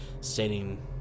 stating